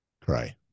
cry